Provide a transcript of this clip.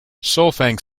solfaing